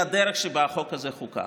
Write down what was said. והיא הדרך שבה החוק הזה חוקק.